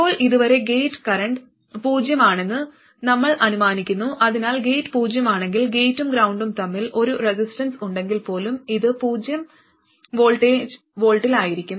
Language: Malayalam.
ഇപ്പോൾ ഇതുവരെ ഗേറ്റ് കറന്റ് പൂജ്യമാണെന്ന് നമ്മൾ അനുമാനിക്കുന്നു അതിനാൽ ഗേറ്റ് പൂജ്യമാണെങ്കിൽ ഗേറ്റും ഗ്രൌണ്ടും തമ്മിൽ ഒരു റെസിസ്റ്റൻസ് ഉണ്ടെങ്കിൽ പോലും ഇത് പൂജ്യം വോൾട്ടിലായിരിക്കും